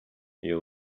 you